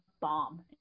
bomb